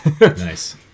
Nice